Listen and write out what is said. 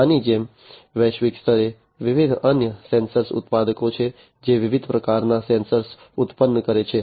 આની જેમ વૈશ્વિક સ્તરે વિવિધ અન્ય સેન્સર ઉત્પાદકો છે જે વિવિધ પ્રકારના સેન્સર ઉત્પન્ન કરે છે